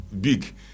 big